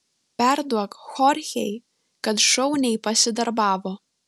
perduok chorchei kad šauniai pasidarbavo